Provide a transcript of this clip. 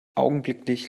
augenblicklich